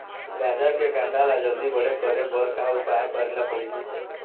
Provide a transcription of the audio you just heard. गाजर के कांदा ला जल्दी बड़े करे बर का उपाय करेला पढ़िही?